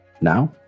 Now